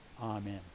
amen